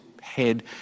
head